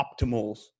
optimals